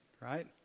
right